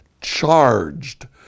charged